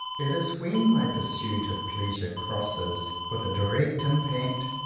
it is when my pursuit of pleasure crosses, with a direct impact,